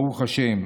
ברוך השם,